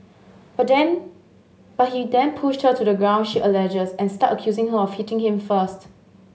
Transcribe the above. but then but he then pushed her to the ground she alleges and started accusing her of hitting him first